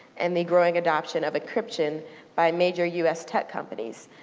and the growing adoption of encryption by major us tech companies,